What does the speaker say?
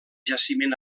jaciment